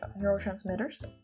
neurotransmitters